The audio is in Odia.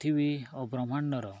ପୃଥିବୀ ଓ ବ୍ରହ୍ମାଣ୍ଡର